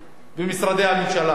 במשרדי הממשלה.